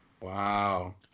Wow